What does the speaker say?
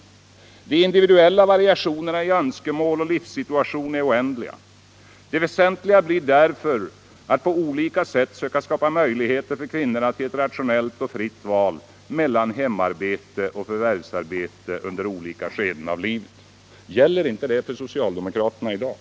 Det står vidare: ”De individuella variationerna i önskemål och livssituation är oändliga. Det väsentliga blir därför att på olika sätt söka skapa möjligheter för kvinnorna till ett rationellt och fritt val mellan hemarbete och förvärvsarbete under olika skeden av livet.” Gäller inte detta för socialdemokratin numera?